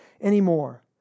anymore